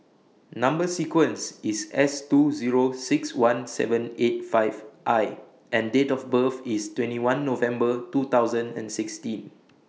Number sequence IS S two Zero six one seven eight five I and Date of birth IS twenty one November two thousand and sixteen